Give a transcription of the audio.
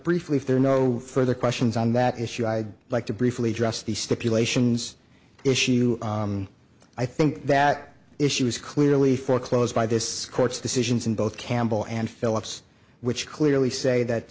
briefly if there are no further questions on that issue i'd like to briefly address the stipulations issue i think that issue is clearly foreclosed by this court's decisions and both campbell and phillips which clearly say that